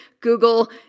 Google